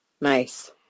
Nice